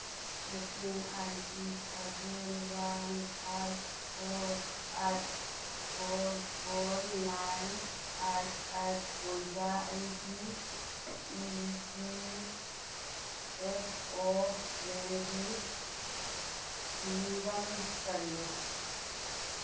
trekking I D seven one five four eight four four nine eight eight ꯑꯣꯏꯕ ꯑꯩꯒꯤ E P F ꯑꯣꯒꯤ ꯀ꯭ꯂꯦꯝꯒꯤ ꯐꯤꯕꯝ ꯀꯔꯤꯅꯣ